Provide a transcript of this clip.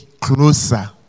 closer